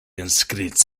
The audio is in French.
inscrite